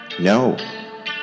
No